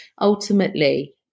Ultimately